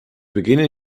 beginnen